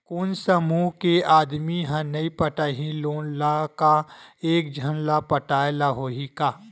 कोन समूह के आदमी हा नई पटाही लोन ला का एक झन ला पटाय ला होही का?